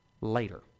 later